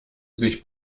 sich